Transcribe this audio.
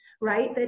right